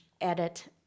edit